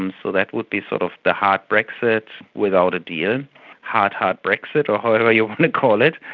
um so that would be sort of the hard brexit without a deal, hard-hard brexit or however you want to call it.